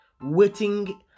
waiting